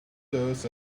dust